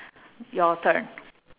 your turn